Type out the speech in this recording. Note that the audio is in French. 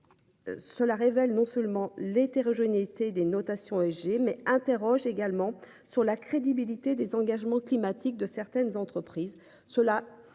Cela révèle non seulement l'hétérogénéité des notations EG mais interroge également sur la crédibilité des engagements climatiques de certaines entreprises,